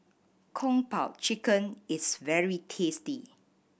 Kung Po Chicken is very tasty